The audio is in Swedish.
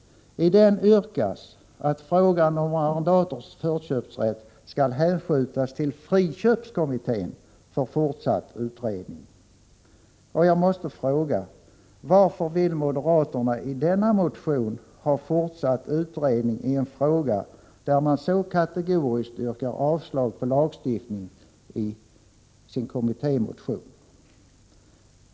I den yrkas att frågan om arrendators förköpsrätt skall hänskjutas till friköpskommittén för fortsatt utredning. Jag måste fråga: Varför vill moderaterna i denna motion ha fortsatt utredning i en fråga där ni så kategoriskt yrkar avslag på lagstiftning i er kommittémotion?